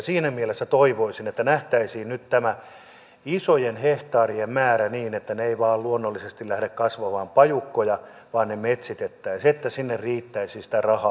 siinä mielessä toivoisin että nähtäisiin nyt tämä isojen hehtaarien määrä niin että ne eivät vain luonnollisesti lähde kasvamaan pajukkoja vaan ne metsitettäisiin että sinne riittäisi sitä rahaa